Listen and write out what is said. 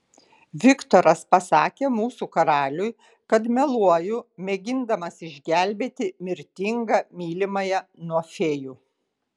viktoras pasakė mūsų karaliui kad meluoju mėgindamas išgelbėti mirtingą mylimąją nuo fėjų